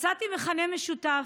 מצאתי מכנה משותף: